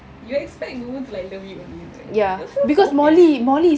you expect booboo to like love you only right you're so obvious